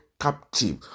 captive